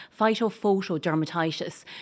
phytophotodermatitis